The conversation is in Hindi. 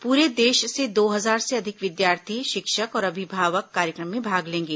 पूरे देश से दो हजार से अधिक विद्यार्थी शिक्षक और अभिभावक कार्यक्रम में भाग लेंगे